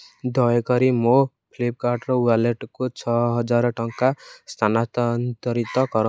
ଦୟାକରି ମୋ ଫ୍ଲିପ୍କାର୍ଟ୍ ୱାଲେଟକୁ ଛଅହଜାର ଟଙ୍କା ସ୍ଥାନାନ୍ତରିତ କର